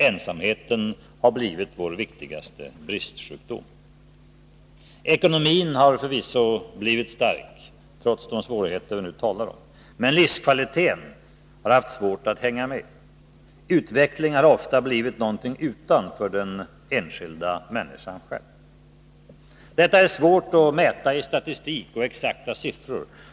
Ensamheten har blivit vår viktigaste bristsjukdom. Ekonomin har förvisso blivit stark — trots de svårigheter som vi nu talar om — men livskvaliteten har haft svårt att hänga med. Utvecklingen har ofta blivit någonting utanför den enskilda människan själv. Detta är svårt att mäta i statistik och exakta siffror.